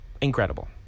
incredible